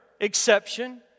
exception